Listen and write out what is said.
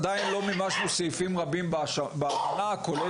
עדיין לא מימשנו סעיפים רבים באמנה כולל